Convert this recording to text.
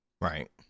Right